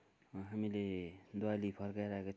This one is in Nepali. हामीले दुवाली फर्काइराखेका थियौँ